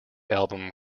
album